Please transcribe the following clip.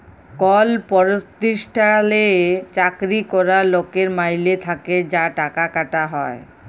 call পরতিষ্ঠালে চাকরি ক্যরা লকের মাইলে থ্যাকে যা টাকা কাটা হ্যয়